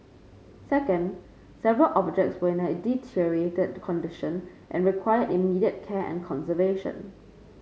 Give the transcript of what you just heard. second several objects were in a deteriorated condition and required immediate care and conservation